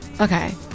Okay